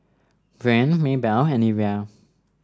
Breanne Maybelle and Evia